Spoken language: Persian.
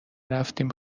رفتیم